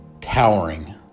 towering